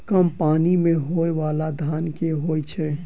कम पानि मे होइ बाला धान केँ होइ छैय?